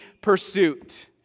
pursuit